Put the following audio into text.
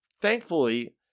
thankfully